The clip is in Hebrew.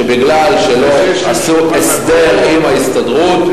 כי לא עשו הסדר עם ההסתדרות,